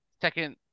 second